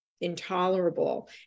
Intolerable